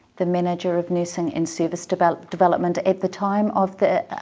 the manager of nursing and service develop development at the time of the.